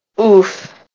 oof